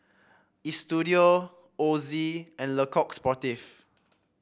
Istudio Ozi and Le Coq Sportif